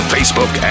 Facebook